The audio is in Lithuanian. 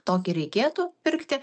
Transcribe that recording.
tokį reikėtų pirkti